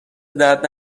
درد